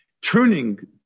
Turning